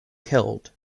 killed